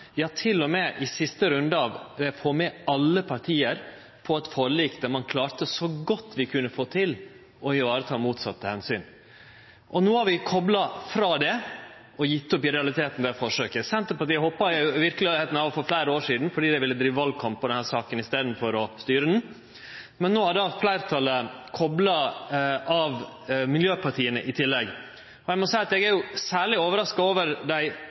ja, til og med i siste runde å få med alle parti på eit forlik, der vi så godt vi kunne få til, klarte å vareta motsette omsyn. No har vi kopla oss frå det og i realiteten gjeve opp det forsøket. Senterpartiet hoppa i verkelegheita av for fleire år sidan fordi dei ville drive valkamp på denne saka i staden for å styre ho. Men no har fleirtalet kopla seg av – miljøpartia i tillegg. Eg er i denne saka særleg overraska over dei